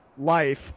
life